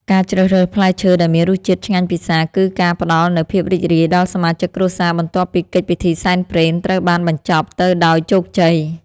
ការជ្រើសរើសផ្លែឈើដែលមានរសជាតិឆ្ងាញ់ពិសាគឺជាការផ្ដល់នូវភាពរីករាយដល់សមាជិកគ្រួសារបន្ទាប់ពីកិច្ចពិធីសែនព្រេនត្រូវបានបញ្ចប់ទៅដោយជោគជ័យ។